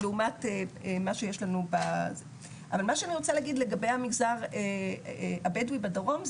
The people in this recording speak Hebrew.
אבל מה שאני רוצה להגיד לגבי המגזר הבדואי בדרום,